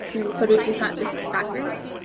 the footage is not just backwards.